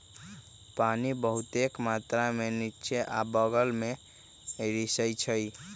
पानी बहुतेक मात्रा में निच्चे आ बगल में रिसअई छई